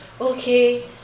okay